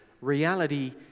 reality